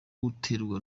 guterwa